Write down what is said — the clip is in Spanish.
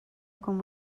como